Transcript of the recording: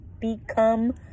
become